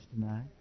tonight